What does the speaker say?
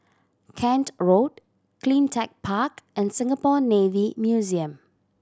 Kent Road Cleantech Park and Singapore Navy Museum